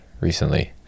recently